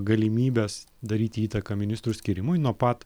galimybes daryti įtaką ministrų skyrimui nuo pat